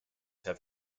have